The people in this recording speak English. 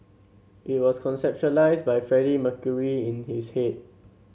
it was conceptualised by Freddie Mercury in his head